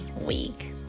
week